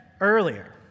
earlier